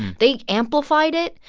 they amplified it,